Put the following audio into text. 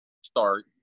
start